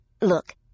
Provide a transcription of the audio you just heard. Look